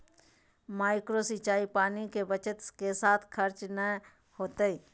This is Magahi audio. माइक्रो सिंचाई पानी के बचत के साथ खर्च नय होतय